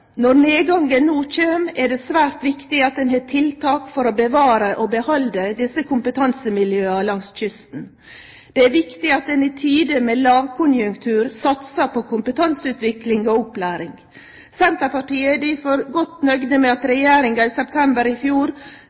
Når nedgangen no kjem, er det svært viktig at ein har tiltak for å bevare og behalde desse kompetansemiljøa langs kysten. Det er viktig at ein i tider med lågkonjunktur satsar på kompetanseutvikling og opplæring. Senterpartiet er difor godt nøgd med at Regjeringa i september i fjor